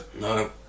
no